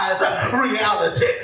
reality